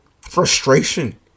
frustration